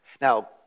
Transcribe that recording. Now